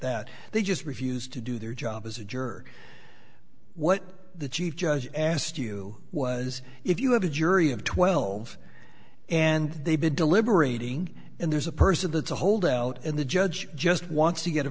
that they just refused to do their job as a juror what the chief judge asked you was if you have a jury of twelve and they've been deliberating and there's a person that's a hold out and the judge just wants to get a